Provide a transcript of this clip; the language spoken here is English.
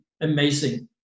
amazing